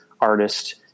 artist